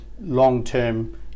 long-term